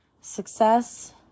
success